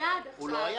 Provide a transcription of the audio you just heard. היה עד עכשיו.